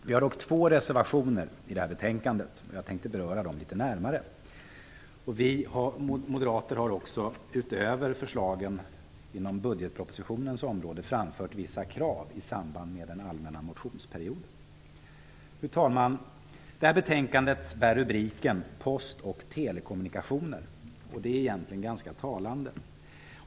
Vi har dock två reservationer i betänkandet, som jag tänkte beröra litet närmare. Vi moderater har också, i samband med den allmänna motionsperioden, framfört vissa krav utöver förslagen i budgetpropositionen. Fru talman! Detta betänkande bär rubriken Postoch telekommunikationer. Det är egentligen ganska talande.